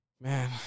Man